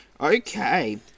Okay